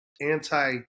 anti